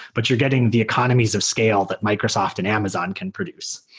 but you're getting the economies of scale that microsoft and amazon can produce.